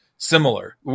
similar